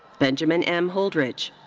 benjamin m. holdridge.